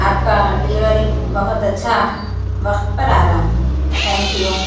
آپ كا ڈلورى بہت اچّھا وقت پر آ رہا تھينک یو